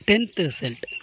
tenth result